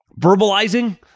verbalizing